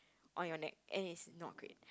on your neck and is not great